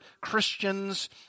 Christians